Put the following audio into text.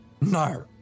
No